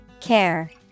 Care